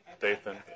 Dathan